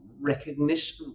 recognition